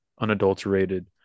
unadulterated